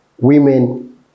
women